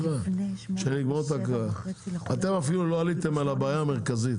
אתם אפילו לא עליתם על הבעיה המרכזית,